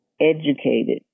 educated